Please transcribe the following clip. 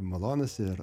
malonūs ir